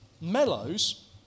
Mellows